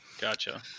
Gotcha